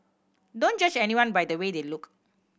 don't judge anyone by the way they look